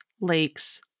lakes